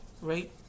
Right